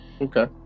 Okay